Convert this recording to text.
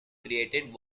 created